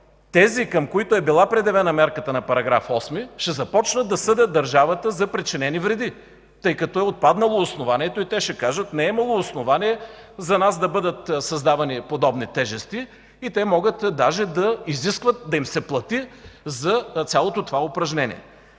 тези, към които е била предявена мярката на § 8, ще започнат да съдят държавата за причинени вреди, тъй като основанието е отпаднало и те ще кажат: „Не е имало основание за нас да бъдат създавани подобни тежести”. Те могат даже да изискват да им се плати за цялото това упражнение.